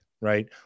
right